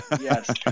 yes